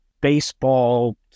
baseball